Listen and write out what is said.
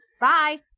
Bye